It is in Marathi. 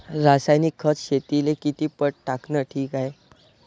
रासायनिक खत शेतीले किती पट टाकनं ठीक हाये?